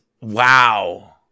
wow